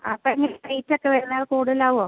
അപ്പോൾ ഈ പ്ലീറ്റൊക്കെ വരുന്ന കൂടുതലാവോ